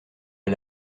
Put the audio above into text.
est